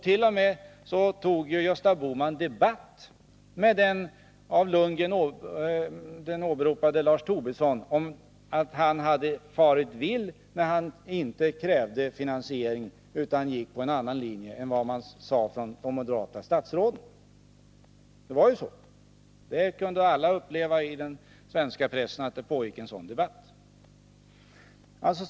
Gösta Bohman tog till och med debatt med den av Bo Lundgren åberopade Lars Tobisson och sade att han hade farit vill när han inte krävde finansiering utan gick på en annan linje än den som de moderata statsråden företrädde. Alla kunde läsa om den debatten i den svenska pressen.